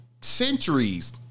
centuries